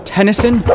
Tennyson